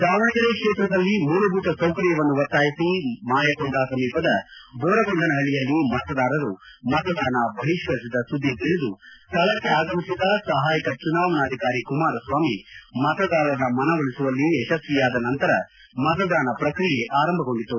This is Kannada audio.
ದಾವಣಗೆರೆ ಕ್ಷೇತ್ರದಲ್ಲಿ ಮೂಲಭೂತ ಸೌಕರ್ಯಕ್ಕೆ ಒತ್ತಾಯಿಸಿ ಮಾಯಕೊಂಡ ಸಮೀಪದ ಬೋರಗೊಂಡನಹಳ್ಳಿಯಲ್ಲಿ ಮತದಾರರು ಮತದಾನ ಬಹಿಷ್ಕರಿಸಿದ ಸುದ್ದಿ ತಿಳಿದು ಸ್ಥಳಕ್ಕೆ ಆಗಮಿಸಿದ ಸಹಾಯಕ ಚುನಾವಣಾಧಿಕಾರಿ ಕುಮಾರಸ್ವಾಮಿ ಮತದಾರರ ಮನವೊಲಿಸುವಲ್ಲಿ ಯಶಸ್ವಿಯಾದ ನಂತರ ಮತದಾನ ಪ್ರಕ್ರಿಯೆ ಆರಂಭಗೊಂಡಿತು